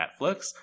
Netflix